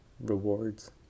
rewards